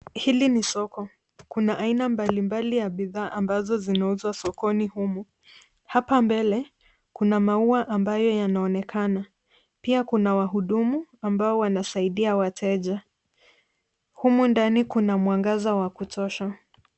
Hili ni soko, kuna aina mbalimbali ya bidhaa ambazozinauzwa sokoni humu. Hapa mbele kuna maua ambayo yanaonekana. Pia kuna wahudumu ambao wanasaidia wateja. Humu ndani kuna mwangaza wa kutosha.